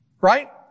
right